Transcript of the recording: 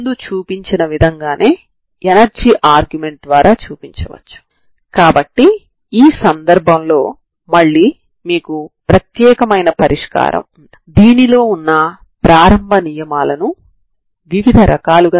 ఇది ఇచ్చిన non homogeneous సమస్య కు కావాల్సిన పరిష్కారం అవుతుంది